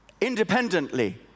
independently